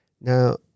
Now